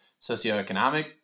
socioeconomic